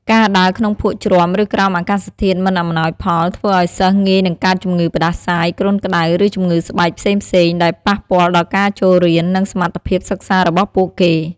ការដើរក្នុងភក់ជ្រាំ ឬក្រោមអាកាសធាតុមិនអំណោយផល ធ្វើឱ្យសិស្សងាយនឹងកើតជំងឺផ្តាសាយ គ្រុនក្ដៅ ឬជំងឺស្បែកផ្សេងៗ ដែលប៉ះពាល់ដល់ការចូលរៀន និងសមត្ថភាពសិក្សារបស់ពួកគេ។